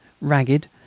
ragged